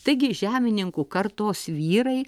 taigi žemininkų kartos vyrai